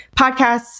podcasts